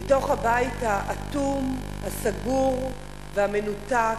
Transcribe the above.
בתוך הבית האטום, הסגור והמנותק,